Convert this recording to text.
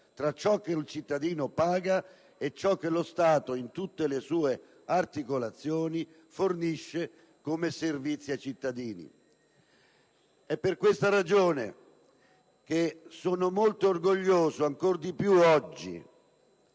tra ciò che il cittadino paga e ciò che lo Stato, in tutte le sue articolazioni, fornisce come servizio ai cittadini. Per questi motivi sono molto orgoglioso, ancora di più oggi,